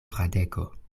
fradeko